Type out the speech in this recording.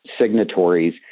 signatories